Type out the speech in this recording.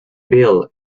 bill